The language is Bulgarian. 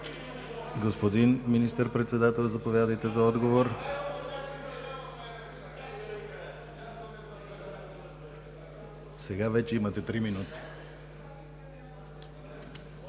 Господин Министър-председател, заповядайте за отговор. Сега вече имате три минути.